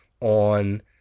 on